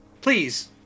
Please